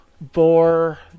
Boar